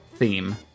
Theme